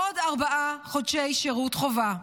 עוד ארבעה חודשי שירות חובה.